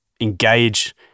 engage